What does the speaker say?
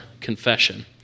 confession